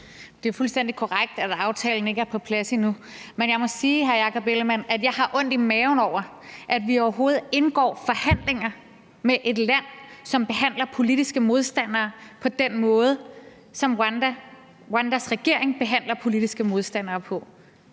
Det er fuldstændig korrekt, at aftalen ikke er på plads endnu, men jeg må sige, hr. Jakob Ellemann-Jensen, at jeg har ondt i maven over, at vi overhovedet indgår i forhandlinger med et land, som behandler politiske modstandere på den måde, som Rwandas regering behandler politiske modstandere på